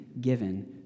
given